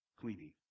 cleaning